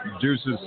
Deuces